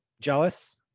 jealous